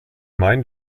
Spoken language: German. mein